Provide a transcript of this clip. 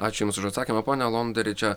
ačiū jums už atsakymą ponia alonderi čia